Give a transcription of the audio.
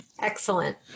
Excellent